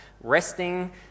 resting